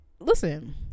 Listen